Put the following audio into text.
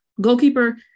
goalkeeper